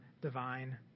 divine